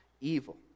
evil